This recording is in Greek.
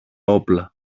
όπλα